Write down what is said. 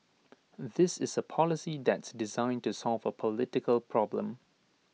this is A policy that's designed to solve A political problem